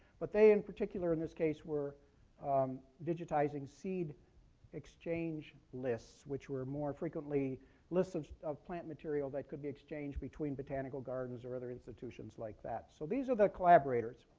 but they, in particular, in this case, were digitizing seed exchange lists, which were more frequently lists of of plant material that could be exchanged between botanical gardens or other institutions like that. so these are the collaborators.